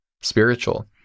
spiritual